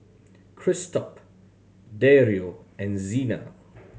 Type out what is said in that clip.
Christop Dario and Xena